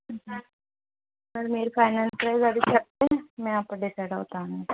మరి మీరు final price అది చెప్తే మేము అప్పుడు డిసైడ్ అవుతాం అండి